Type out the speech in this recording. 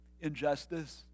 injustice